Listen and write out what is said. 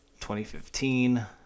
2015